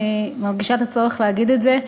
אני מרגישה צורך להגיד את זה,